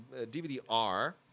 DVD-R